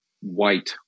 white